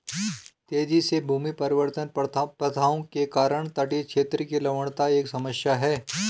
तेजी से भूमि परिवर्तन प्रथाओं के कारण तटीय क्षेत्र की लवणता एक समस्या है